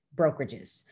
brokerages